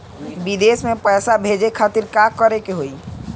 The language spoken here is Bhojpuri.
विदेश मे पैसा भेजे खातिर का करे के होयी?